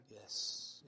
Yes